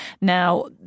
Now